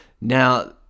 now